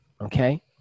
Okay